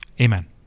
Amen